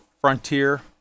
frontier